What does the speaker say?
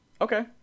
Okay